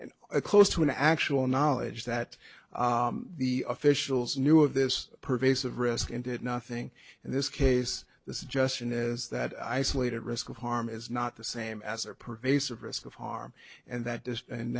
a close to an actual knowledge that the officials knew of this pervasive risk and did nothing in this case the suggestion is that isolated risk of harm is not the same as a pervasive risk of harm and that this and